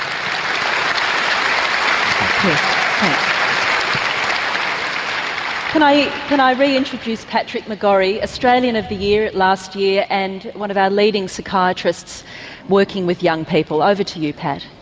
um can i but i reintroduce patrick mcgorry, australian of the year last year and one of our leading psychiatrists working with young people over to you pat.